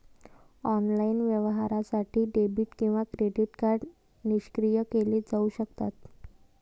online व्यवहारासाठी debit किंवा credit card निष्क्रिय केले जाऊ शकतात